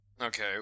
Okay